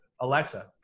Alexa